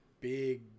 big